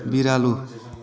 बिरालो